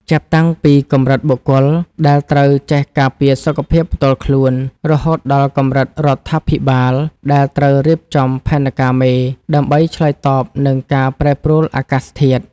ចាប់តាំងពីកម្រិតបុគ្គលដែលត្រូវចេះការពារសុខភាពផ្ទាល់ខ្លួន រហូតដល់កម្រិតរដ្ឋាភិបាលដែលត្រូវរៀបចំផែនការមេដើម្បីឆ្លើយតបនឹងការប្រែប្រួលអាកាសធាតុ។